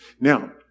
Now